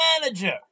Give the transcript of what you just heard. manager